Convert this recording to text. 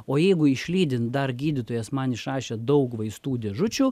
o jeigu išlydint dar gydytojas man išrašė daug vaistų dėžučių